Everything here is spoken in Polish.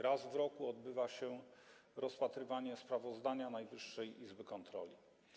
Raz w roku odbywa się rozpatrywanie sprawozdania Najwyższej Izby Kontroli.